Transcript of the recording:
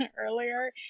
earlier